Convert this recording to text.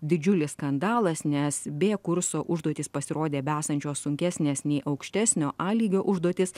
didžiulis skandalas nes b kurso užduotys pasirodė besančios sunkesnės nei aukštesnio a lygio užduotys